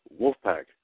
Wolfpack